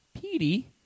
Petey